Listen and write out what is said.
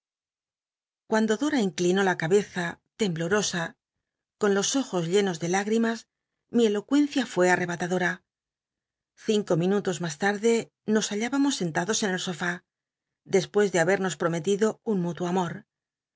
cuando dom inclinó la cabeza temblorosn con biblioteca nacional de españa da vid copperfield los ojos llenos de lágrimns mi elocuencia fué anehatadora cinco minutos mas tarde nos halhibamos sentados en el som despues de habernos prometido un mútuo amor